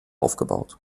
aufgebaut